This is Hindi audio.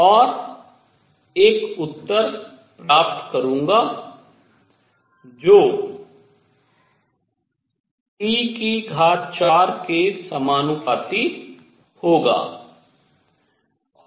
और मैं एक उत्तर प्राप्त करूँगा जो T4 के समानुपाती होगा